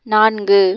நான்கு